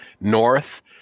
north